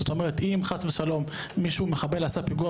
זאת אומרת שאם חס ושלום מישהו או מחבל עשה פיגוע